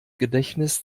gedächtnis